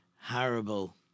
horrible